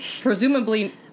presumably